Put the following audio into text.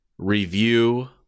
review